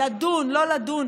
לדון, לא לדון.